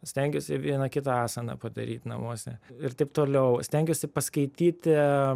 stengiuosi vieną kitą asaną padaryt namuose ir taip toliau stengiuosi paskaityti